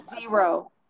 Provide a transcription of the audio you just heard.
zero